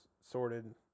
sorted